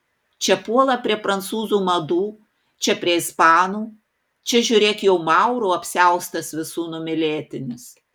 čia puola prie prancūzų madų čia prie ispanų čia žiūrėk jau maurų apsiaustas visų numylėtinis